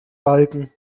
balken